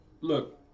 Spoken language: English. look